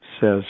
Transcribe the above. says